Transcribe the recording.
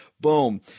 boom